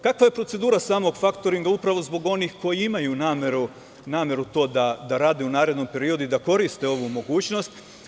Kakva je procedura samog faktoringa, upravo zbog onih koji imaju nameru to da rade u narednom periodu i da koriste ovu mogućnost?